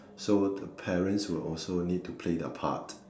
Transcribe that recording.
so the parents will also need to play their part